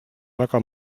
väga